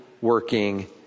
working